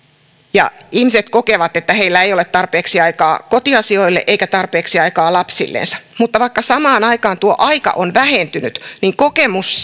ja ihmiset kokevat että heillä ei ole tarpeeksi aikaa kotiasioille eikä tarpeeksi aikaa lapsillensa mutta vaikka samaan aikaan tuo aika on vähentynyt niin kokemus